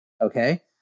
Okay